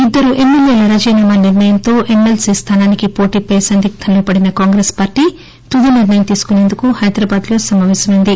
ఇద్దరు ఎమ్మెల్యేల రాజీనామా నిర్ణయంతో ఎమ్మెల్సీ స్థానానికి పోటీపై సందిగ్దంలో పదిన కాంగ్రెస్ పార్టీ తుది నిర్ణయం తీసుకోవడానికి హైదరాబాద్లో సమావేశమైంది